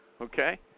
Okay